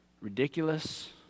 ridiculous